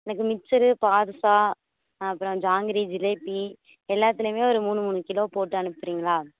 எனக்கு மிச்சரு பாதுஷா அப்புறம் ஜாங்கிரி ஜிலேபி எல்லாத்துலேயுமே ஒரு மூணு மூணு கிலோ போட்டு அனுப்புகிறீங்களா